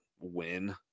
win